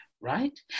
right